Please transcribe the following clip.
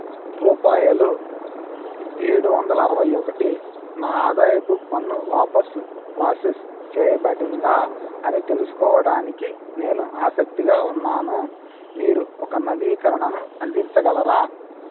రూపాయలు ఏడు వందల అరవై ఒకటి నా ఆదాయపు పన్ను వాపసు ప్రాసెస్ చేయబడిందా అని తెలుసుకోవడానికి నేను ఆసక్తిగా ఉన్నాను మీరు ఒక నవీకరణను అందించగలరా